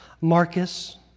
Marcus